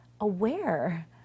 aware